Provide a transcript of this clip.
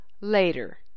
later